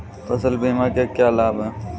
फसल बीमा के क्या लाभ हैं?